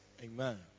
Amen